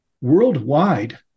worldwide